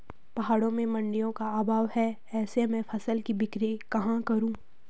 पहाड़ों में मडिंयों का अभाव है ऐसे में फसल की बिक्री कहाँ करूँ?